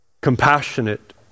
compassionate